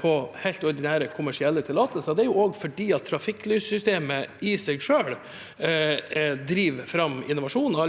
på helt ordinære kommersielle tillatelser. Det er fordi trafikklyssystemet i seg selv driver fram innovasjon,